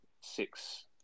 six